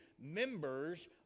members